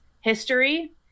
history